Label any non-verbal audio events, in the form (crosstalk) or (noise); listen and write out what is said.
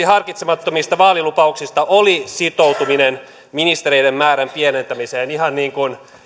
(unintelligible) harkitsemattomista vaalilupauksista oli sitoutuminen ministereiden määrän pienentämiseen ihan niin kuin